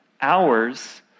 hours